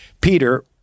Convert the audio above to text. Peter